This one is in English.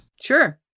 Sure